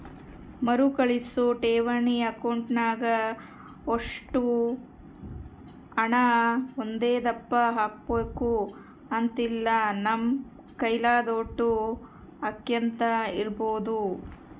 ಮರುಕಳಿಸೋ ಠೇವಣಿ ಅಕೌಂಟ್ನಾಗ ಒಷ್ಟು ಹಣ ಒಂದೇದಪ್ಪ ಹಾಕ್ಬಕು ಅಂತಿಲ್ಲ, ನಮ್ ಕೈಲಾದೋಟು ಹಾಕ್ಯಂತ ಇರ್ಬೋದು